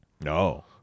No